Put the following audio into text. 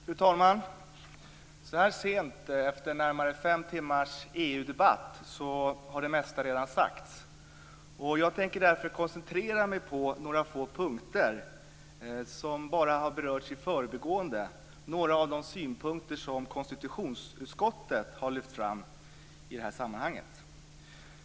Fru talman! Så här sent, efter närmare fem timmars EU-debatt, har det mesta redan sagts. Jag tänker därför koncentrera mig på några få punkter som bara har berörts i förbigående. Det gäller några av de synpunkter som Konstitutionsutskottet har lyft fram i det här sammanhanget.